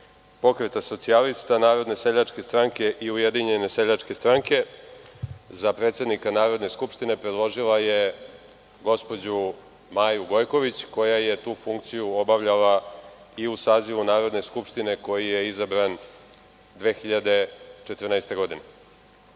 Pokreta socijalista, Narodne seljačke stranke i Ujedinjene seljačke stranke za predsednika Narodne skupštine predložila je gospođu Maju Gojković, koja je tu funkciju obavljala i u sazivu Narodne skupštine koji je izabran 2014. godine. Mi